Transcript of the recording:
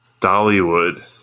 Dollywood